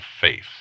faith